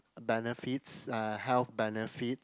benefits uh health benefits